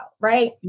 right